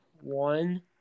one